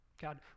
God